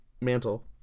mantle